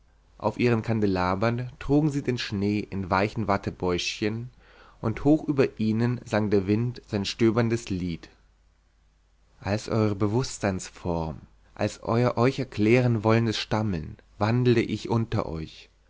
auf ihren kandelabern trugen sie den schnee in weichen wattebäuschen und hoch über ihnen sang der wind sein stöberndes lied als eure bewußtseinsform als euer euch erklären wollendes stammeln wandele ich unter euch